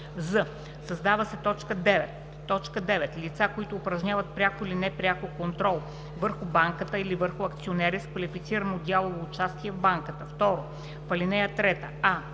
з) създава се т. 9: „9. лица, които упражняват пряко или непряко контрол върху банката или върху акционери с квалифицирано дялово участие в банката; 2. В ал. 3: а)